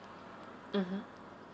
mmhmm